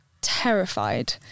terrified